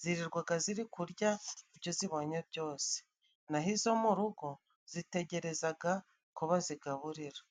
zirirwaga ziri kurya ibyo zibonye byose, n'aho izo mu rugo zitegerezaga ko bazigaburira.